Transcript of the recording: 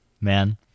man